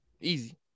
Easy